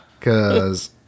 Cause